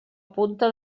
punta